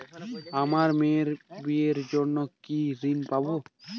আমি মেয়ের বিয়ের জন্য কি ঋণ পাবো?